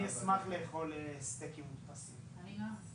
כל הירוקים, אני לא מתייחס אליהם,